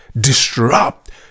disrupt